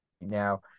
now